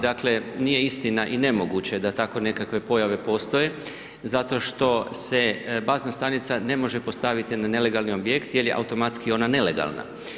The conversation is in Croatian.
Dakle, nije istina i nemoguće da tako nekakve pojave postoje zato što se bazna stanica ne može postaviti na nelegalni objekt jer je automatski ona nelegalna.